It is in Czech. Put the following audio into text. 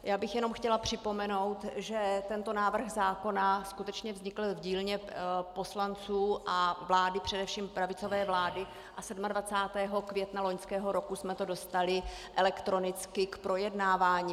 Já bych jenom chtěla připomenout, že tento návrh zákona skutečně vznikl v dílně poslanců a především pravicové vlády a 27. května loňského roku jsme to dostali elektronicky k projednávání.